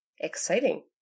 Exciting